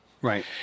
Right